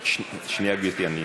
(אומר בערבית: אלוהים עמך.) שנייה, גברתי.